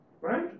Right